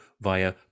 via